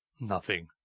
Nothing